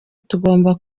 tugomba